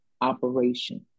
operation